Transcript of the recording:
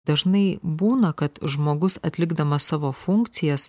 dažnai būna kad žmogus atlikdamas savo funkcijas